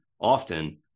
often